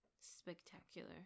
spectacular